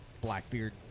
Blackbeard